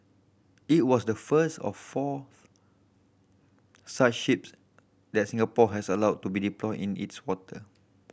it was the first of four such ships that Singapore has allowed to be deployed in its water